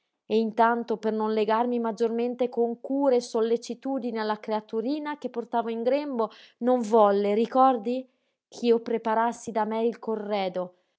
e intanto per non legarmi maggiormente con cure e sollecitudini alla creaturina che portavo in grembo non volle ricordi ch'io preparassi da me il corredo